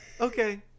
okay